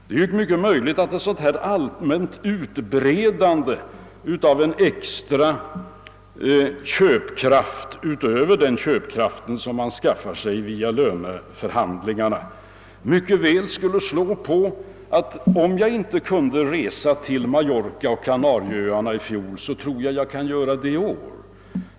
Det är mycket möjligt att ett sådant allmänt utbredande av en extra köpkraft, utöver den köpkraft man skaffar sig via löneförhandlingarna, kan medföra att folk resonerar som så, att om de inte kunde resa till Mallorca eller Kanarieöarna i fjol, så kan det bli möjligt i år.